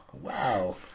wow